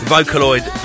Vocaloid